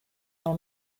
all